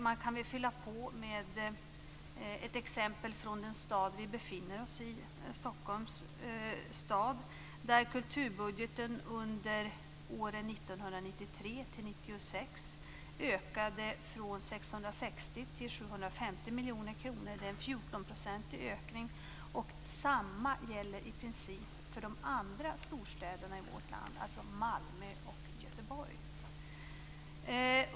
Man kan fylla på med ett exempel från den stad vi befinner oss i, Stockholms stad. Där har kulturbudgeten under åren 1993-96 ökade från 660 till 750 miljoner kronor. Det är en ökning på 14 %. Detsamma gäller i princip för de andra storstäderna i vårt land, alltså Malmö och Göteborg.